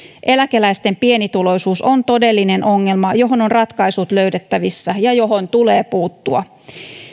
eläkeläisten pienituloisuus on todellinen ongelma johon on ratkaisut löydettävissä ja johon tulee puuttua